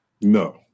no